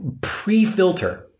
pre-filter